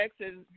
Texas